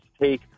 take